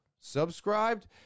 subscribed